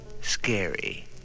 scary